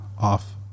off